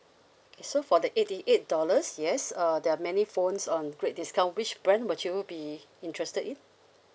okay so for the eighty eight dollars yes uh there are many phones on great discount which brand would you be interested in